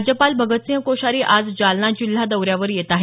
राज्यपाल भगतसिंह कोश्यारी आज जालना जिल्हा दौऱ्यावर येत आहेत